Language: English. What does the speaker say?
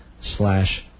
slash